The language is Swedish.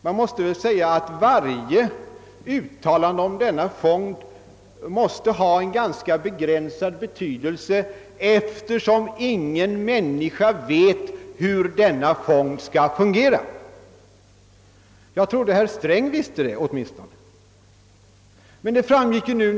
Man måste väl dock säga att varje uttalande om denna fond måste tillmätas en ganska begränsad betydelse, eftersom ingen människa vet hur denna fond skall fungera. Jag trodde att åtminstone herr Sträng visste det, men det gör han uppenbart inte.